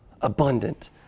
Abundant